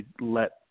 let